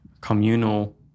communal